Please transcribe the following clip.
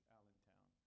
Allentown